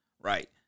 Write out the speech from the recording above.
right